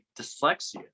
dyslexia